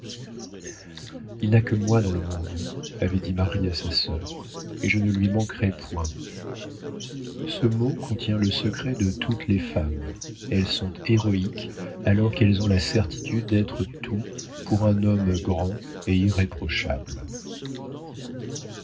il n'a que moi dans le monde avait dit marie à sa sœur et je ne lui manquerai point ce mot contient le secret de toutes les femmes elles sont héroïques alors qu'elles ont la certitude d'être tout pour un homme grand et irréprochable